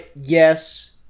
Yes